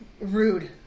Rude